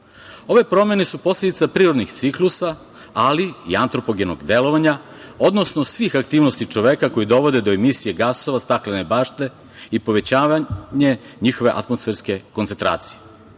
promene su posledica prirodnih ciklusa, ali i antropogenog delovanja, odnosno svih aktivnosti čoveka koji dovode do emisije gasova staklene bašte i povećavanje njihove atmosferske koncentracije.